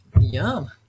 Yum